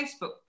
Facebook